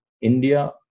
India